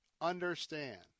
understand